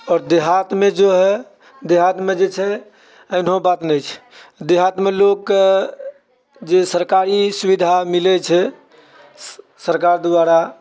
आओर देहातमे जो है देहातमे जे छै अहिनाओ बात नहि छै देहातमे लोकके जे सरकारी सुविधा मिलैत छै सरकार द्वारा